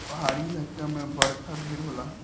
पहाड़ी इलाका मे बरखा ढेर होला